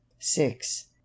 six